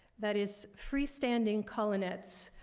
that is freestanding colonnettes.